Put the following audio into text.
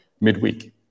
midweek